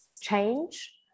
change